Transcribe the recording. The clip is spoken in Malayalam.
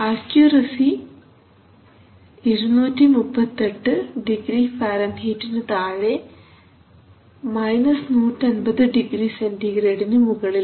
അക്യുറസി 238 ഡിഗ്രി ഫാരൻഹീറ്റിന് താഴെ 150 ഡിഗ്രി സെൻറിഗ്രേഡിന് മുകളിൽ